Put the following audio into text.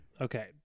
Okay